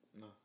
No